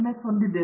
S ಹೊಂದಿದ್ದೇವೆ